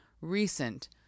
recent